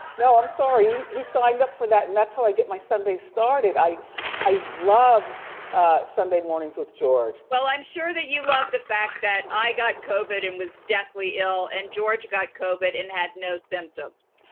no, i'm sorry. he signed up for that, and that's how i get my sundays started. i i love sunday mornings with george. well, i'm sure that you love the fact that i got covid and was deathly ill and george got covid and had no symptoms.